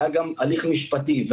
והיה גם הליך משפטי,